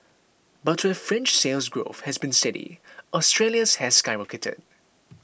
but where French Sales Growth has been steady Australia's has skyrocketed